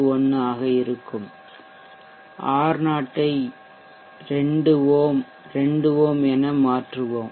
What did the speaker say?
51 ஆக இருக்கும் R0 ஐ 2 ஓம் 2 ஓம் என மாற்றுவேன்